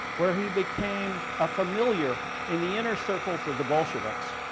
where he became a familiar in the inner circles of the bolsheviks,